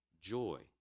joy